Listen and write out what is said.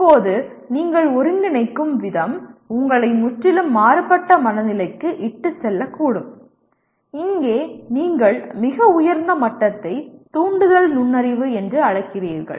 இப்போது நீங்கள் ஒருங்கிணைக்கும் விதம் உங்களை முற்றிலும் மாறுபட்ட மனநிலைக்கு இட்டுச் செல்லக்கூடும் இங்கே நீங்கள் மிக உயர்ந்த மட்டத்தை தூண்டுதல் நுண்ணறிவு என்று அழைக்கிறீர்கள்